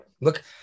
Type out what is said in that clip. Look